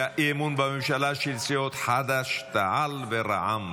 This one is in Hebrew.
אי-אמון בממשלה של סיעות חד"ש-תע"ל ורע"מ.